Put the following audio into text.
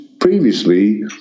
Previously